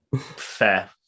Fair